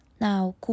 Now